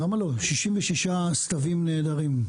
66 אביבים נהדרים.